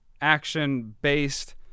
action-based